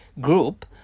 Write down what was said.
group